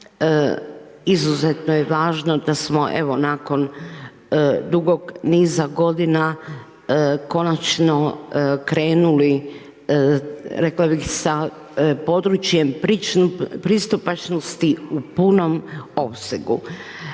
izuzetno je važno da smo evo nakon dugog niza godina konačno krenuli rekla bih sa područjem pristupačnosti u punom opsegu.